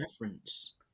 reference